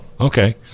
okay